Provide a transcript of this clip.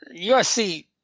USC